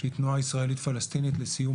תנועה ישראלית פלסטינית לסיום